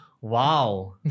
Wow